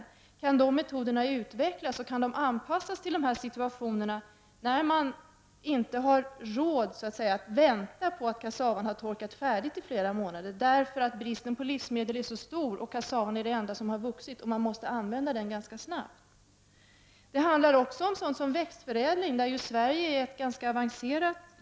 Frågan är om man kan utveckla metoderna och anpassa kassavan till situationer där människorna inte har råd att i flera månader vänta på att kassavan har torkat färdigt, då bristen på livsmedel är stor och kassavan är det enda de har och de måste använda den ganska snart. Det handlar också om växtförädling. Där är Sverige ganska avancerat.